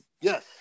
Yes